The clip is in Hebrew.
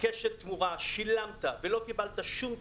כשל תמורה, שילמת ולא קיבלת שום תמורה,